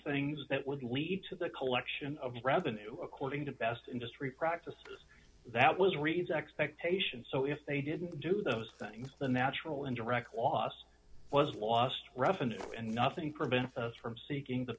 things that would lead to the collection of revenue according to best industry practice that was reagan's expectations so if they didn't do those things the natural and direct loss was lost revenue and nothing prevents us from seeking the